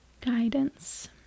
guidance